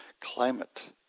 climate